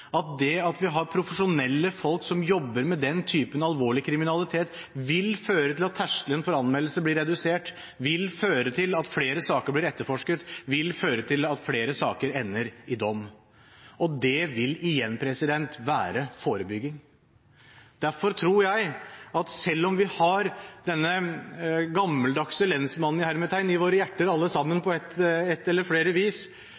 at det at vi har profesjonelle folk som jobber med den typen alvorlig kriminalitet, vil føre til at terskelen for anmeldelser blir redusert, vil føre til at flere saker blir etterforsket, vil føre til at flere saker ender i dom. Det vil igjen være forebygging. Derfor tror jeg at selv om vi har denne gammeldagse «lensmannen» i våre hjerter alle sammen på ett eller flere vis,